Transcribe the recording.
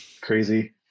crazy